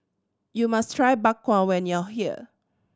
you must try Bak Kwa when you are here